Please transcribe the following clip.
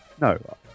No